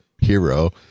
hero